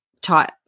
type